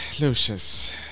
Lucius